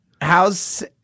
how's